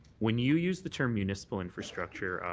when you use the term municipal infrastructure,